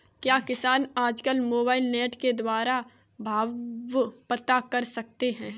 क्या किसान आज कल मोबाइल नेट के द्वारा भाव पता कर सकते हैं?